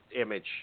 image